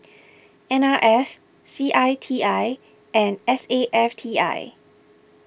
N R F C I T I and S A F T I